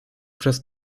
przez